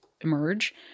emerge